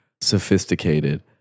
sophisticated